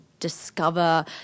Discover